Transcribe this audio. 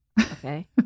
Okay